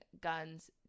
guns